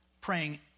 praying